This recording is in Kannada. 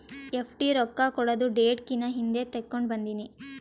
ಎಫ್.ಡಿ ರೊಕ್ಕಾ ಕೊಡದು ಡೇಟ್ ಕಿನಾ ಹಿಂದೆ ತೇಕೊಂಡ್ ಬಂದಿನಿ